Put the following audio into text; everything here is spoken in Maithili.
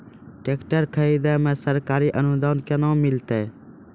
टेकटर खरीदै मे सरकारी अनुदान केना मिलतै?